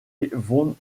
von